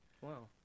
Wow